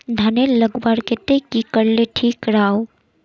धानेर लगवार केते की करले ठीक राब?